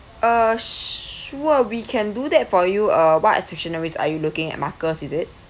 uh sure we can do that for you uh what stationery are you looking at markers is it